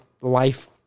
life